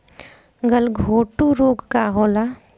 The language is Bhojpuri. गलघोटू रोग का होला?